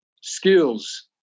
skills